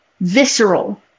visceral